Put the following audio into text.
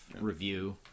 review